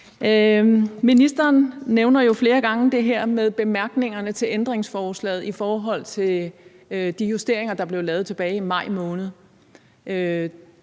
Ministeren nævner flere gange det her med bemærkningerne til ændringsforslaget i forhold til de justeringer, der blev lavet tilbage i maj måned.